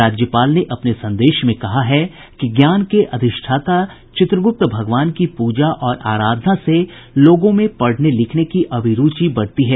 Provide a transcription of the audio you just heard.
राज्यपाल ने अपने संदेश में कहा है कि ज्ञान के अधिष्ठाता चित्रग्रप्त भगवान की पूजा और आराधना से लोगों में पढ़ने लिखने की अभिरूचि बढ़ती है